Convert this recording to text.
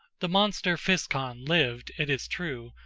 the monster physcon lived, it is true,